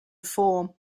form